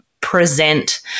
present